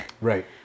right